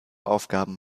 aufgaben